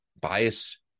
bias